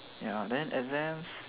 ya then and then